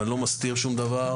ואני לא מסתיר שום דבר,